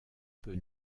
peu